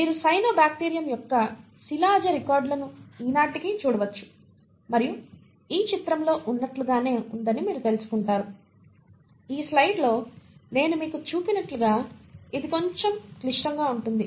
మీరు సైనోబాక్టీరియం యొక్క శిలాజ రికార్డులను ఈనాటికీ చూడవచ్చు మరియు ఈ చిత్రంలో ఉన్నట్లుగానే ఉందని మీరు తెలుసుకుంటారు ఈ స్లయిడ్లో నేను మీకు చూపినట్లుగా ఇది కొంచెం క్లిష్టంగా ఉంటుంది